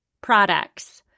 products